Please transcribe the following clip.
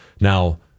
Now